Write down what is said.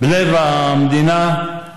בלב המדינה,